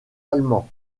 allemand